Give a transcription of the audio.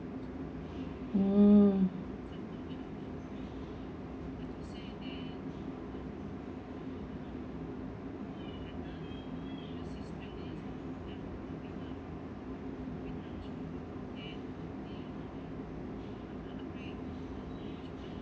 mm